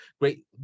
great